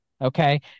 Okay